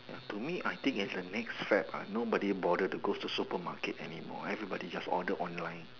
to me I think is the next fad uh nobody bother to go to the supermarket anymore everybody just order online